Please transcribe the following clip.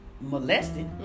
molested